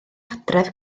adref